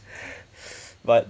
but